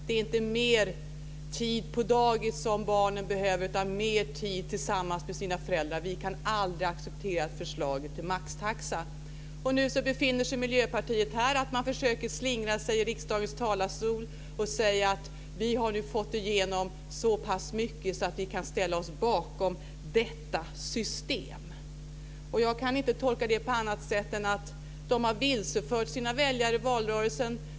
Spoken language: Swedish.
Det är inte mer tid på dagis barnen behöver utan mer tid tillsammans med sina föräldrar. Vi kan aldrig acceptera förslaget till maxtaxa. Nu försöker Miljöpartiet slingra sig i riksdagen talarstol med att säga: Vi har nu fått igenom så pass mycket att vi kan ställa oss bakom detta system. Jag kan inte tolka det på annat sätt än att man har vilsefört sina väljare i valrörelsen.